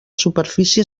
superfície